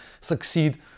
succeed